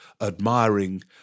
admiring